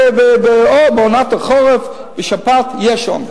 בעונת החורף, בעונת השפעת, יש עומס.